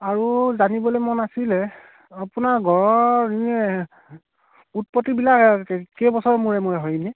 আৰু জানিবলৈ মন আছিলে আপোনাৰ গঁড়ৰ এনেই উৎপত্তিবিলাক কেই কেইবছৰৰ মূৰে মূৰে হয় এনেই